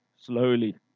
Slowly